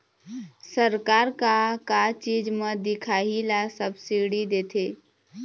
सरकार का का चीज म दिखाही ला सब्सिडी देथे?